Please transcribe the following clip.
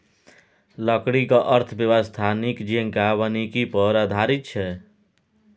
लकड़ीक अर्थव्यवस्था नीक जेंका वानिकी पर आधारित छै